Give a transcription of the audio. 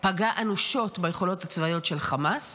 פגע אנושות ביכולות הצבאיות של חמאס